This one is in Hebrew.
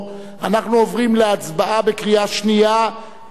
אנחנו עוברים להצבעה בקריאה שנייה,